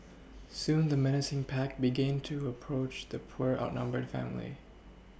soon the menacing pack began to approach the poor outnumbered family